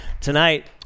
tonight